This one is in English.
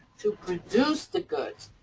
to produce the goods.